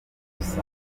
bisa